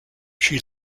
she